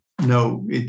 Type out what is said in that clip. No